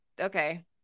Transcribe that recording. okay